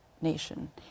nation